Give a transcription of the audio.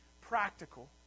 practical